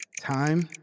Time